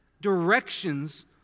directions